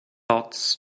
dots